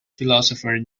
philosopher